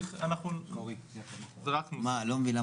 אני לא מבין,